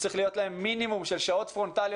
צריך להיות להם מינימום של שעות פרונטליות